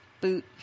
boot